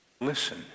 listen